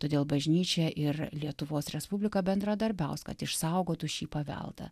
todėl bažnyčia ir lietuvos respublika bendradarbiaus kad išsaugotų šį paveldą